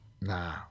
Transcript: nah